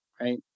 right